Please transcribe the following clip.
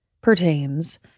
pertains